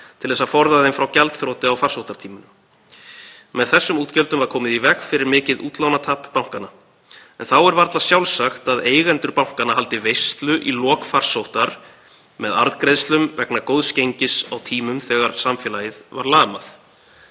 til þess að forða þeim frá gjaldþroti á farsóttartímanum. Með þessum útgjöldum var komið í veg fyrir mikið útlánatap bankanna. En þá er varla sjálfsagt að eigendur bankanna haldi veislu í lok farsóttar með arðgreiðslum vegna góðs gengis á tímum þegar samfélagið var lamað.“